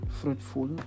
fruitful